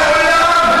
מעולם,